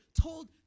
told